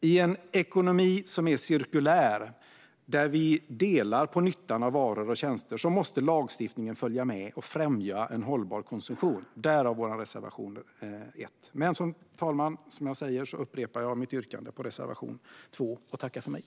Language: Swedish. I en ekonomi som är cirkulär och där vi delar på nyttan av varor och tjänster måste lagstiftningen följa med och främja en hållbar konsumtion - därav vår reservation 1. Jag upprepar mitt yrkande av bifall till reservation 2.